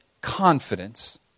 confidence